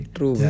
True